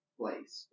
place